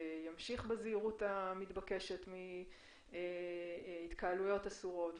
ימשיך בזהירות המתבקשת להימנע מהתקהלויות אסורות,